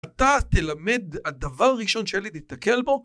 אתה תלמד את הדבר הראשון שהילד יתקל בו